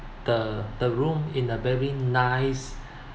the the room in a very nice